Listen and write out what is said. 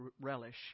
relish